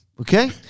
okay